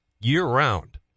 year-round